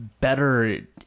better